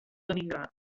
leningrad